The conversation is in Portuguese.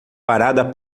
parada